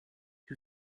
who